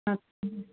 ਹਾਂਜੀ